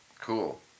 Cool